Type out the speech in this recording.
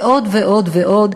ועוד ועוד ועוד.